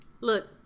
look